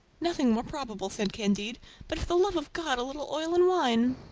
nothing more probable, said candide but for the love of god a little oil and wine.